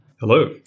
Hello